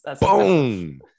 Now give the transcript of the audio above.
Boom